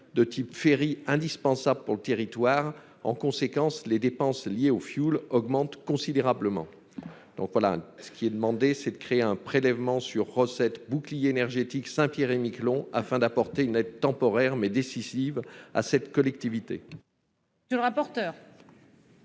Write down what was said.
de type ferry, indispensables pour le territoire. En conséquence, les dépenses liées au fuel ont considérablement augmenté. Il est donc demandé de créer un prélèvement sur recettes « bouclier énergétique Saint-Pierre-et-Miquelon », afin d'apporter une aide temporaire, mais décisive, à cette collectivité. Quel est l'avis de